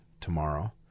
tomorrow